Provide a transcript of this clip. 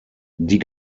die